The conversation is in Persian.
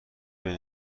میان